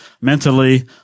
mentally